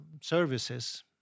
services